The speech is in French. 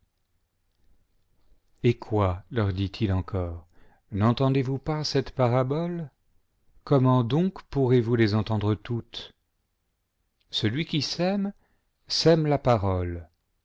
et quoi leur dit-il encore nentendez vous pas cette parabole comment donc pourrez-vous les entendre toutes celui qui sème sème la parole